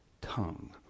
tongue